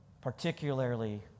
particularly